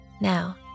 Now